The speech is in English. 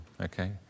Okay